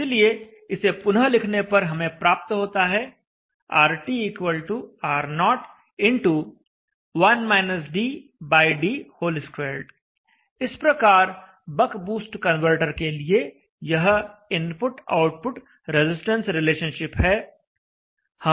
इसलिए इसे पुनः लिखने पर हमें प्राप्त होता है RTR0x1-dd2 इस प्रकार बक बूस्ट कन्वर्टर के लिए यह इनपुट आउटपुट रेजिस्टेंस रिलेशनशिप है